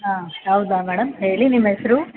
ಹಾಂ ಹೌದಾ ಮೇಡಮ್ ಹೇಳಿ ನಿಮ್ಮ ಹೆಸ್ರು